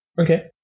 Okay